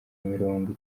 mirongo